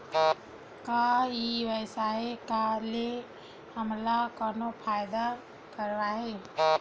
का ई व्यवसाय का ले हमला कोनो फ़ायदा हवय?